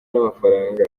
n’amafaranga